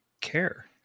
care